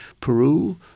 Peru